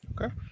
Okay